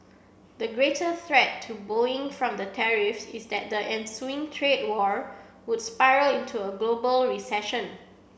the greater threat to Boeing from the tariffs is that the ensuing trade war would spiral into a global recession